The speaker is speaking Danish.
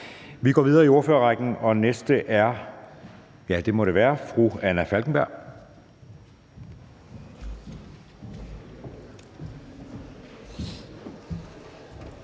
Vi går videre i ordførerrækken, og den næste er fru Anna Falkenberg.